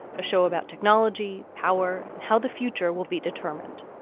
a show about technology, power and how the future will be determined.